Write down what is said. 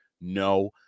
No